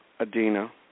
Adina